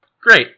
Great